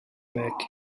back